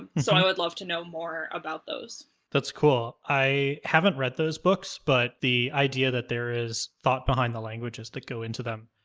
so i would love to know more about those. eli that's cool. i haven't read those books, but the idea that there is thought behind the languages that go into them,